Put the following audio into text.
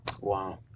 Wow